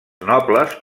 nobles